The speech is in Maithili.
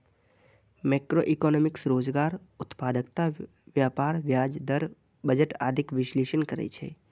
मैक्रोइकोनोमिक्स रोजगार, उत्पादकता, व्यापार, ब्याज दर, बजट आदिक विश्लेषण करै छै